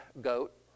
goat